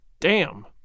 Damn